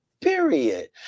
period